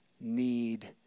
need